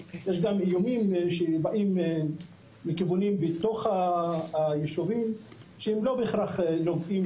יש גם איומים שבאים מכיוונים בתוך היישובים שהם לא בהכרח נוגעים